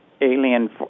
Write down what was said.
alien